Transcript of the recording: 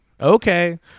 Okay